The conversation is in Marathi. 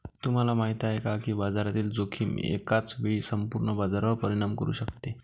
तुम्हाला माहिती आहे का की बाजारातील जोखीम एकाच वेळी संपूर्ण बाजारावर परिणाम करू शकते?